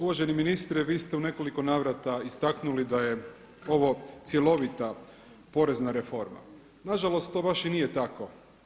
Uvaženi ministre vi ste u nekoliko navrata istaknuli da je ovo cjelovita porezna reforma, nažalost to baš i nije tako.